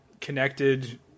connected